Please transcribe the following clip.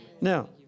Now